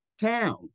town